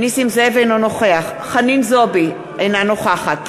אינו נוכח חנין זועבי, אינה נוכחת